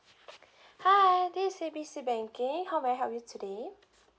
hi this is A B C banking how may I help you today